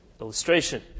illustration